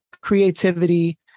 creativity